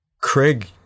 Craig